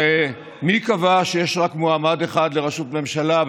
הרי מי קבע שיש רק מועמד אחד לראשות ממשלה,